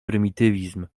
prymitywizm